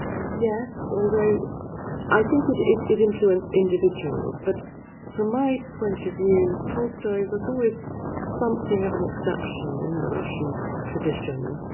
yes, although i think it it influenced individuals, but from my point of view, tolstoy was always something of an exception in the russian tradition.